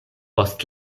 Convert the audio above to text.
post